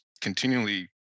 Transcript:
continually